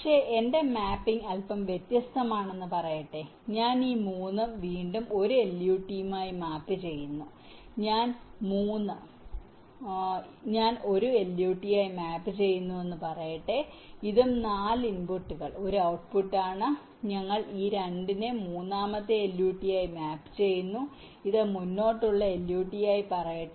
പക്ഷേ എന്റെ മാപ്പിംഗ് അല്പം വ്യത്യസ്തമാണെന്ന് പറയട്ടെ ഞാൻ ഈ മൂന്നും വീണ്ടും 1 LUT ആയി മാപ്പ് ചെയ്യുന്നു ഈ 3 ഞാൻ 1 LUT ആയി മാപ്പ് ചെയ്യുന്നുവെന്ന് പറയട്ടെ ഇതും 4 ഇൻപുട്ടുകൾ ഒരു ഔട്ട്പുട്ട് ആണ് നമ്മൾ ഈ 2 നെ മൂന്നാമത്തെ LUT ആയി മാപ്പ് ചെയ്യുന്നു ഇത് ഒരു മുന്നോട്ടുള്ള LUT ആയി പറയട്ടെ